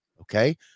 Okay